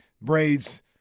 braids